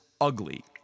ugly